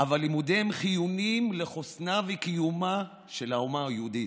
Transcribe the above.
אבל לימודיהם חיוניים לחוסנה וקיומה של האומה היהודית.